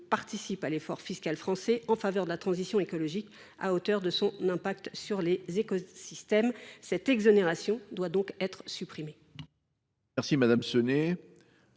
participe à l’effort fiscal français en faveur de la transition écologique, à hauteur de son impact sur les écosystèmes. L’exonération dont ce secteur